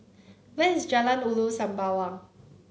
where is Jalan Ulu Sembawang